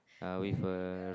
uh with a red